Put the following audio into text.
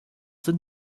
sind